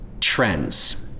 trends